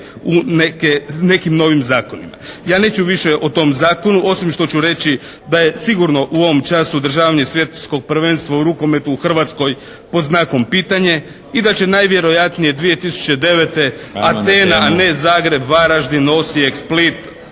u nekim novim zakonima. Ja neću više o tom zakonu osim što ću reći da je sigurno u ovom času održavanje Svjetskog prvenstva u rukometu u Hrvatskoj pod znakom pitanja i da će najvjerojatnije 2009. Atena, a ne Zagreb, Varaždin, Osijek, Split,